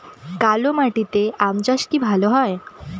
কালো মাটিতে আম চাষ কি ভালো হয়?